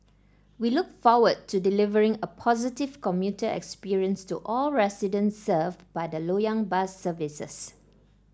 we look forward to delivering a positive commuter experience to all residents served by the Lo yang bus services